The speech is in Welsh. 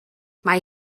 mae